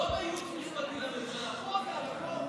לא בייעוץ המשפטי לממשלה, פה זה המקום.